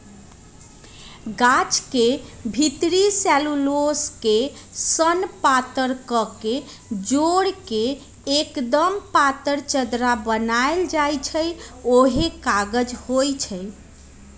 गाछ के भितरी सेल्यूलोस के सन पातर कके जोर के एक्दम पातर चदरा बनाएल जाइ छइ उहे कागज होइ छइ